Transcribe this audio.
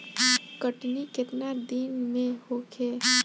कटनी केतना दिन में होखे?